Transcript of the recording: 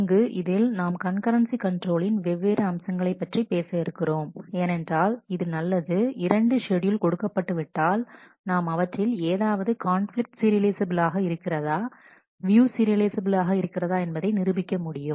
இங்கு இதில் நாம் கண்கரன்சி கண்ட்ரோலின் வெவ்வேறு அம்சங்களைப் பற்றி பேச இருக்கிறோம் ஏனென்றால் இது நல்லது 2 ஷெட்யூல் கொடுக்கபட்டுவிட்டால் நாம் அவற்றில் ஏதாவது கான்பிலிக்ட் சீரியலைஃசபிலாக இருக்கிறதா வியூ சீரியலைஃசபிலாக இருக்கிறதா என்பதை நிரூபிக்க முடியும்